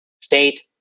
state